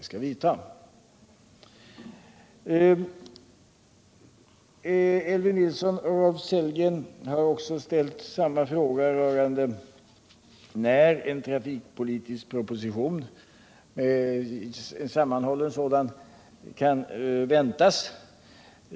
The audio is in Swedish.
Den andra frågan som Elvy Nilsson och Rolf Sellgren har ställt är när en sammanhållen trafikpolitisk proposition kan väntas.